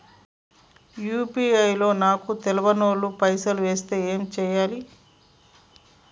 UPI లో నాకు తెల్వనోళ్లు పైసల్ ఎస్తే ఏం చేయాలి?